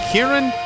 Kieran